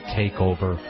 takeover